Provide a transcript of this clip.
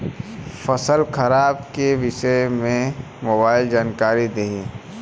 फसल खराब के विषय में मोबाइल जानकारी देही